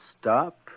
stop